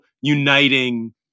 uniting